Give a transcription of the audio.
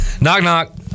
Knock-knock